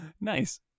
Nice